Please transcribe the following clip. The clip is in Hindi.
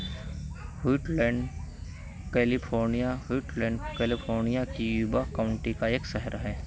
व्हीटलैंड कैलिफोर्निया व्हीटलैंड कैलिफोर्निया की यूबा काउंटी का एक शहर है